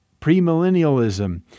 premillennialism